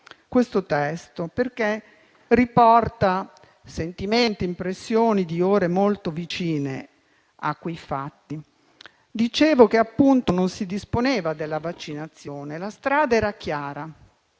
questo testo perché riporta sentimenti e impressioni di ore molto vicine a quei fatti. Dicevo che appunto non si disponeva della vaccinazione. La strada era chiara,